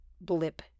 blip